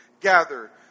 gather